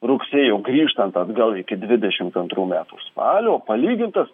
rugsėjo grįžtant atgal iki dvidešimt antrų metų spalio palygintas